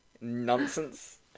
nonsense